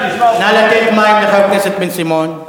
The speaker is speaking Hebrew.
נא לתת מים לחבר הכנסת בן-סימון.